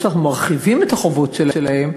לפני שאנחנו מרחיבים את החובות שלהן,